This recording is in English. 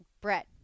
Brett